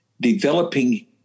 developing